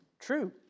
true